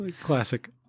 classic